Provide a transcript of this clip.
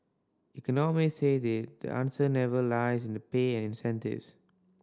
economists say the the answer never lies in the pay and incentives